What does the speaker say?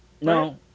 No